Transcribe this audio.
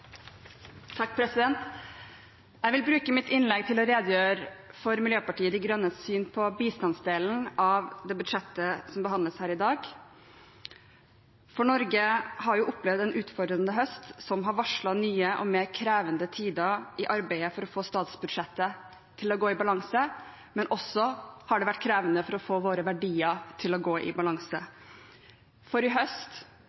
Jeg vil bruke mitt innlegg til å redegjøre for Miljøpartiet De Grønnes syn på bistandsdelen av det budsjettet som behandles her i dag. Norge har opplevd en utfordrende høst som har varslet nye og mer krevende tider i arbeidet for å få statsbudsjettet til å gå i balanse, men det har også vært krevende for å få våre verdier til å gå i balanse, for i høst